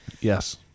Yes